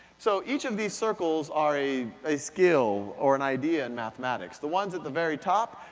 so, each of these circles are a a skill, or an idea in mathematics. the ones at the very top,